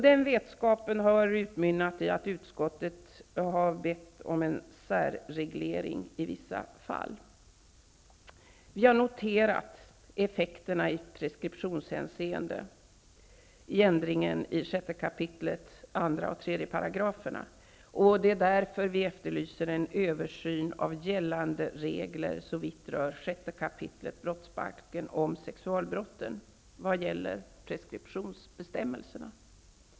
Denna vetskap har utmynnat i att utskottet har bett om en särreglering i vissa fall. Vi har noterat effekterna i preskriptionshänseende i ändringen av 6 kap. 2 och 3 §§. Därför efterlyser vi en översyn av gällande regler såvitt rör 6 kap. brottsbalken om sexualbrotten när det gäller preskriptionsbestämmelserna.